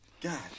God